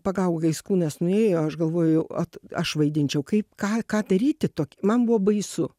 pagaugais kūnas nuėjo aš galvoju at aš vaidinčiau kaip ką ką daryti tok man buvo baisu